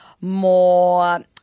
more